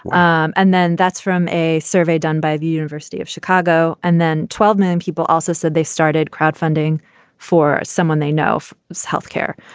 um and then that's from a survey done by the university of chicago. and then twelve man people also said they started crowdfunding for someone they know if health care.